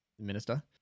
Minister